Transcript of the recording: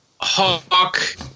Hawk